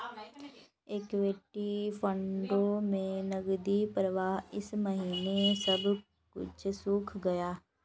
equity फंडों में नकदी प्रवाह इस महीने सब कुछ सूख गया है